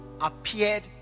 appeared